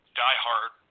diehard